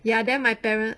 ya then my parent